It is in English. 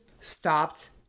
stopped